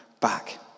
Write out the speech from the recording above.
back